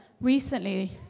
recently